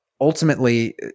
ultimately